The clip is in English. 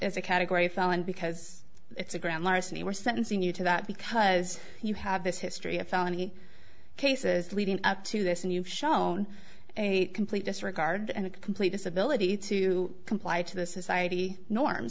as a category felon because it's a grand larceny we're sentencing you to that because you have this history of felony cases leading up to this and you've shown a complete disregard and a complete disability to comply to the society norms